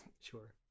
sure